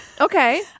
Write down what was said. Okay